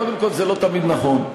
קודם כול, זה לא תמיד נכון.